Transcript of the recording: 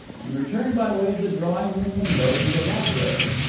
and returned by way of the drawing-room window to the library.